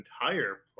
entire